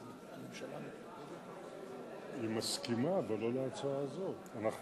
אין ספק שההצעה לשפר את שכר חיילי החובה היא הצעה ראויה ונכונה,